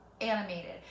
animated